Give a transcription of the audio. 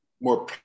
more